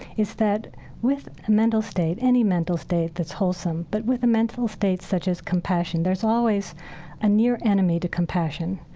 is that with a mental state, any mental state that's wholesome, but with a mental state such as compassion, there's always a near enemy to compassion.